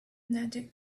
nadia